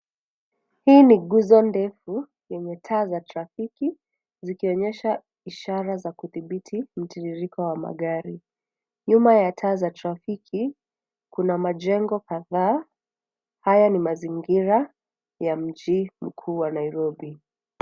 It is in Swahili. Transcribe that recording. Hii ni nguzo ndefu yenye taa za trafiki zikionyesha ishara za kudhibiti mtiririko wa magari. Nyuma ya taa za trafiki, kuna majengo kadhaa. Haya ni mazingira ya mji mkuu wa Nairobi.